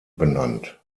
benannt